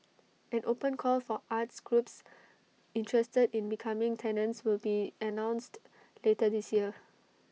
an open call for arts groups interested in becoming tenants will be announced later this year